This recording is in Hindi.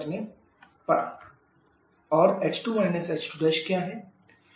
TC और h2 − h2 क्या है